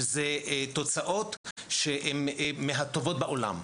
שזה תוצאות שהם מהטובות בעולם,